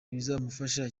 bizamufasha